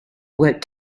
worked